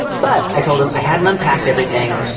but i told them i hadn't unpacked everything.